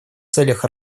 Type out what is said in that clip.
целях